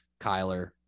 Kyler